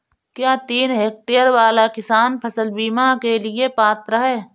क्या तीन हेक्टेयर वाला किसान फसल बीमा के लिए पात्र हैं?